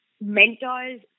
mentors